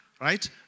right